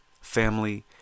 family